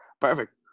Perfect